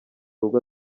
rugo